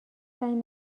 سعی